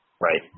Right